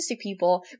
people